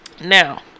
Now